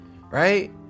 right